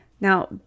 Now